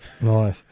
Nice